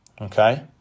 Okay